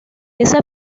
esa